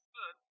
good